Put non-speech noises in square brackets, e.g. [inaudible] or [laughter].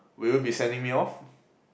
will you be sending me off [breath]